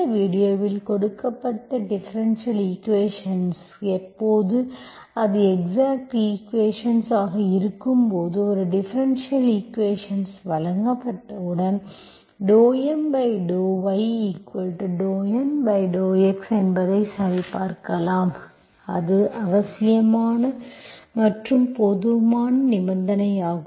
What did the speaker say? இந்த வீடியோவில் கொடுக்கப்பட்ட டிஃபரென்ஷியல் ஈக்குவேஷன்ஸ் எப்போது அது எக்ஸாக்ட் ஈக்குவேஷன்ஸ் ஆக இருக்கும்போது ஒரு டிஃபரென்ஷியல் ஈக்குவேஷன்ஸ் வழங்கப்பட்டவுடன் ∂M∂y∂N∂x என்பதை சரிபார்க்கலாம் அது அவசியமான மற்றும் போதுமான நிபந்தனையாகும்